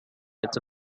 into